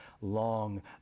long